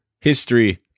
history